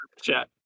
chat